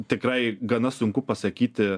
tikrai gana sunku pasakyti